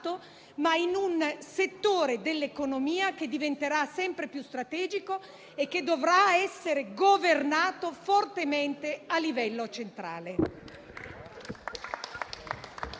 di un settore dell'economia che diventerà sempre più strategico e dovrà essere governato fortemente a livello centrale.